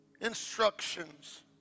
instructions